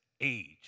age